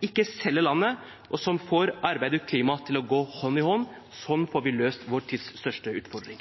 ikke selger landet, og som får arbeid og klima til å gå hånd i hånd. Sånn får vi løst vår tids største utfordring.